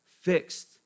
fixed